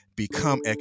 become